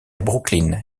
brooklyn